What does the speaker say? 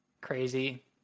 crazy